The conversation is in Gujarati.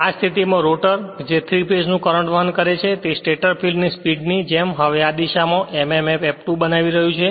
આ સ્થિતિમાં રોટર જે 3 ફેજ કરંટ નું વહન કરે છે તે સ્ટેટર ફિલ્ડ ની સ્પીડ ની જેમ હવે આ દિશા માં mmf F2 બનાવી રહ્યું છે